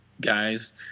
Guys